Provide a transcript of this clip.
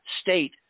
state